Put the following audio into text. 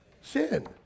sin